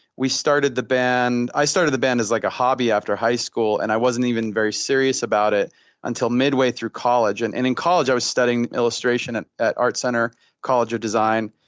we started the band i started the band as like a hobby after high school, and i wasn't even very serious about it until midway through college. and and in college i was studying illustration and at art center college of design.